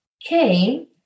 came